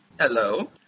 Hello